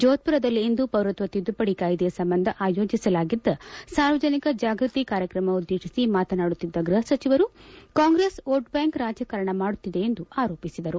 ಜೋಧ್ಪುರದಲ್ಲಿಂದು ಪೌರತ್ವ ತಿದ್ದುಪಡಿ ಕಾಯ್ದೆ ಸಂಬಂಧ ಆಯೋಜಸಲಾಗಿದ್ದ ಸಾರ್ವಜನಿಕ ಜಾಗೃತಿ ಕಾರ್ಯಕ್ರಮ ಉದ್ದೇಶಿಸಿ ಮಾತನಾಡುತ್ತಿದ್ದ ಗೃಹ ಸಚಿವರು ಕಾಂಗ್ರೆಸ್ ವೋಟ್ ಬ್ಯಾಂಕ್ ರಾಜಕಾರಣ ಮಾಡುತ್ತಿದೆ ಎಂದು ಆರೋಪಿಸಿದರು